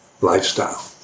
Lifestyle